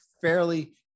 fairly